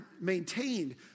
maintained